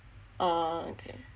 orh okay